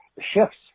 shifts